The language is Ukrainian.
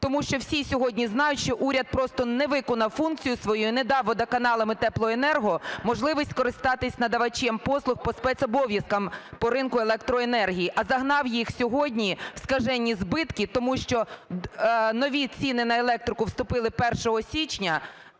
Тому що всі сьогодні знають, що уряд просто не виконав функцію свою і не дав водоканалам і теплоенерго можливість скористатись надавачем послуг по спецобов'язкам по ринку електроенергії, а загнав їх сьогодні в скажені збитки, тому що нові ціни на електрику вступили 1 січня